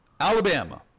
Alabama